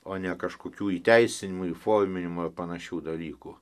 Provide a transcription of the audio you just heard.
o ne kažkokių įteisinimų įforminimų ar panašių dalykų